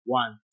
one